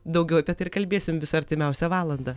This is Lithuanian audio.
daugiau apie tai ir kalbėsim visą artimiausią valandą